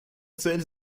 цель